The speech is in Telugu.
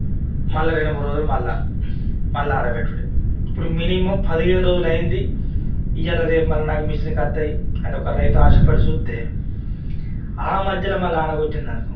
మళ్ళా రెండు మూడు రోజులు మళ్ళ మళ్ళా ఆరబెట్టుడే ఇప్పుడు మినిమం పదిహేను రోజులు అయింది ఇయాల రేపు మళ్ళా నాకు మిషన్కి వత్తాయి అని ఒక రైతు ఆశ పడి చూస్తే ఆ మద్యల మళ్ళా అక్కడ కొట్టిందనుకో